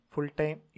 Full-time